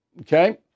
okay